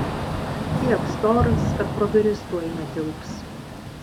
ant tiek storas kad pro duris tuoj netilps